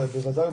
בוודאי,